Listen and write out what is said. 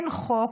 אין חוק,